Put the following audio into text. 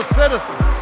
citizens